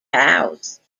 housed